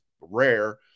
rare